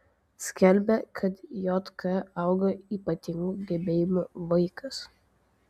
skelbia kad jk auga ypatingų gebėjimų vaikas